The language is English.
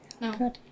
No